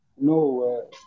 No